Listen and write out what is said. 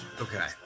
Okay